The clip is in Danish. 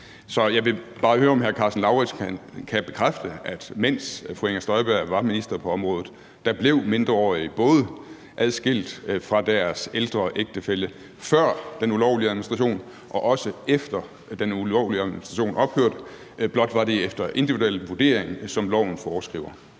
Så jeg vil bare høre, om hr. Karsten Lauritzen kan bekræfte, at mens fru Inger Støjberg var minister på området, blev mindreårige adskilt fra deres ældre ægtefælle, både før den ulovlige administration ophørte, og også efter at den ulovlige administration ophørte. Blot var det efter individuel vurdering, som loven foreskriver.